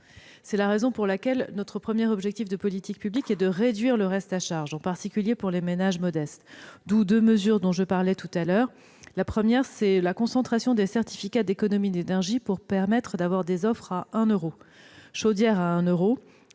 C'est la raison pour laquelle le premier objectif de nos politiques publiques est de réduire le reste à charge, en particulier pour les ménages modestes. D'où deux mesures, dont je parlais. La première consiste en la concentration des certificats d'économies d'énergie, afin d'avoir des offres à un euro- chaudière à un euro,